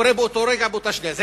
שקורה באותו רגע או באותה שנייה.